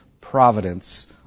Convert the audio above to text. providence